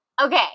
okay